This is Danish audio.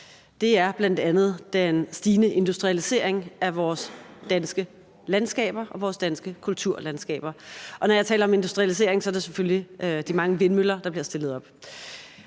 Det er bl.a. den stigende industrialisering af vores danske landskaber og vores danske kulturlandskaber. Og når jeg taler om industrialisering, er det selvfølgelig de mange vindmøller, der bliver stillet op.